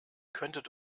könntet